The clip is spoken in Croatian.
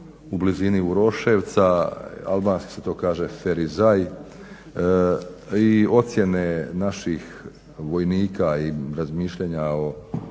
u blizini Uroševca, albanski se to kaže Ferizaj i ocjene naših vojnika i razmišljanja